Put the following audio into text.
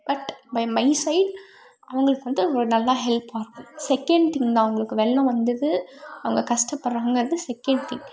but my side அவர்களுக்கு வந்து ஒரு நல்ல ஹெல்ப்பாக இருக்கும் செகண்ட் திங்க் தான் அவர்களுக்கு வெள்ளம் வந்தது அவங்க கஷ்டப்பட்றாங்கங்குறது செகண்ட் திங்க்